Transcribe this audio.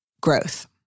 growth